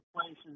places